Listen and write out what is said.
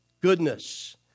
goodness